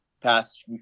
past